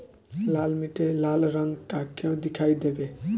लाल मीट्टी लाल रंग का क्यो दीखाई देबे?